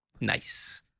Nice